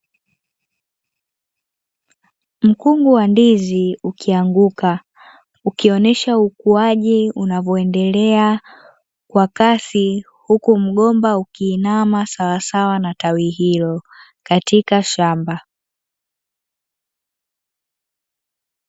Mkungu wa ndizi ukianguka ukionyesha ukuaji unavyoendelea kwa kasi, huku mgomba ukiinama sawasawa na tawi hilo katika shamba.